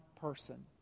person